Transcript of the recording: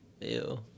ew